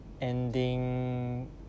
ending